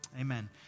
Amen